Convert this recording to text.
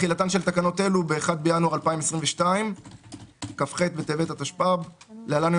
תחילתן של תקנות אלה ביום כ"ח בטבת התשפ"ב (1 בינואר 2022) (להלן-יום